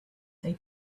they